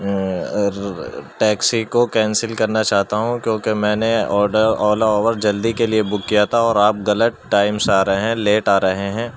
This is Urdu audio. ٹیکسی کو کینسل کرنا چاہتا ہوں کیوں کہ میں نے آڈر اولا اوبر جلدی کے لیے بک کیا تھا اور آپ غلط ٹائم سے آر ہے ہیں لیٹ آ رہے ہیں